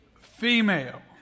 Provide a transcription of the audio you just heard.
female